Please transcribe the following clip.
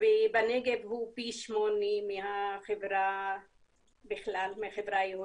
ובנגב הוא פי שמונה מהחברה בכלל, מהחברה היהודית.